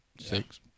six